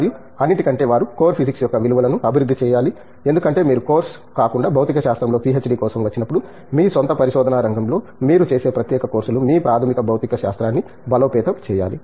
మరియు అన్నింటికంటే వారు కోర్ ఫిజిక్స్ యొక్క విలువలను అభివృద్ధి చేయాలి ఎందుకంటే మీరు కోర్సు కాకుండా భౌతిక శాస్త్రంలో పిహెచ్డి కోసం వచ్చినప్పుడు మీ స్వంత పరిశోధన రంగంలో మీరు చేసే ప్రత్యేక కోర్సులు మీ ప్రాథమిక భౌతిక శాస్త్రాన్ని బలోపేతం చేయాలి